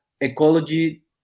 ecology